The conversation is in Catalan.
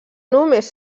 només